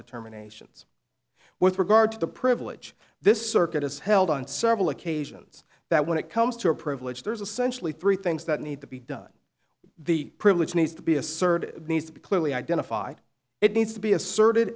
determinations with regard to the privilege this circuit has held on several occasions that when it comes to a privilege there's a sensually three things that need to be done the privilege needs to be asserted needs to be clearly identified it needs to be assert